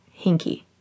hinky